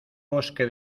bosque